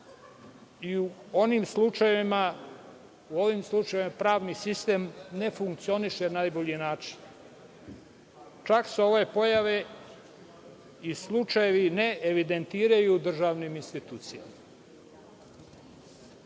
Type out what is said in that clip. i u ovim slučajevima pravni sistem funkcioniše na najbolji način. Čak se ove pojave i slučajevi ne evidentiraju u državnim institucijama.